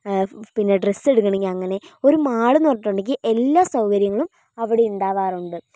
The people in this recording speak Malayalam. പിന്നെ ഡ്രസ്സ് എടുക്കണമെങ്കിൽ അങ്ങനെ ഒരു മാൾ എന്നു പറഞ്ഞിട്ടുണ്ടെങ്കിൽ എല്ലാ സൗകര്യങ്ങളും അവിടെ ഉണ്ടാവാറുണ്ട്